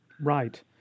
Right